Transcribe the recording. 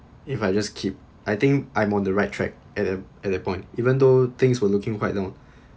if I just keep I think I'm on the right track at at that point even though things were looking quite long